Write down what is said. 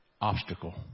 obstacle